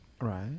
right